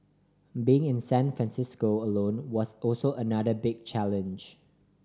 being in San Francisco alone was also another big challenge